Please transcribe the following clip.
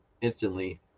instantly